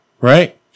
right